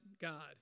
God